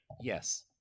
Yes